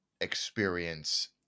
experience